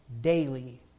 daily